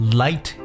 light